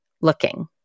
looking